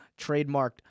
trademarked